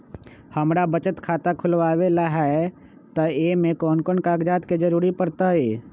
हमरा बचत खाता खुलावेला है त ए में कौन कौन कागजात के जरूरी परतई?